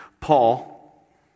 Paul